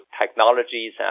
technologies